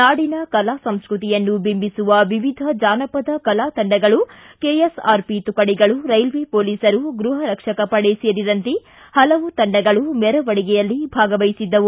ನಾಡಿನ ಕಲಾ ಸಂಸ್ಕತಿಯನ್ನು ಬಿಂಭಿಸುವ ವಿವಿಧ ಚಾನಪದ ಕಲಾತಂಡಗಳು ಕೆಎಸ್ಆರ್ಪಿ ತುಕಡಿಗಳು ರೈಲ್ವೆ ಪೊಲೀಸರು ಗೃಹ ರಕ್ಷಕ ಪಡೆ ಸೇರಿದಂತೆ ಹಲವು ತಂಡಗಳು ಮೆರವಣಿಗೆಯಲ್ಲಿ ಭಾಗವಹಿಸಿದ್ದವು